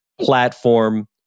platform